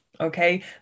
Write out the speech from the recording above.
okay